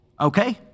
okay